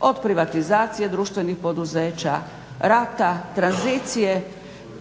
od privatizacije društvenih poduzeća, rata, tranzicije,